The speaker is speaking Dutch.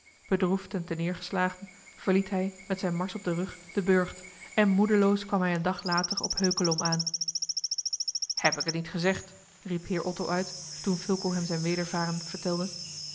en terneergeslagen verliet hij met zijne mars op den rug den burcht en moedeloos kwam hij een dag later op heukelom aan heb ik het niet gezegd riep heer otto uit toen fulco hem zijn wedervaren vertelde